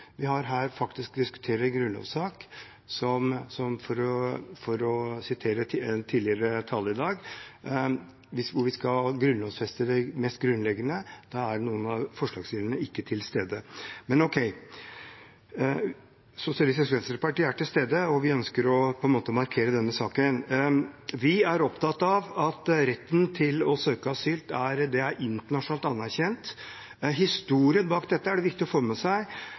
vi her diskuterer en grunnlovssak der vi – for å sitere en tidligere taler i dag – skal grunnlovfeste det mest grunnleggende, og der er noen av forslagsstillerne ikke er til stede. Men ok – SV er til stede, og vi ønsker å markere denne saken. Vi er opptatt av at retten til å søke asyl er internasjonalt anerkjent. Historien bak dette er det viktig å få med seg.